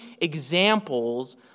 examples